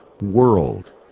world